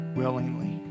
willingly